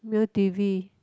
Mio T_V